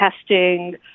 testing